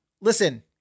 listen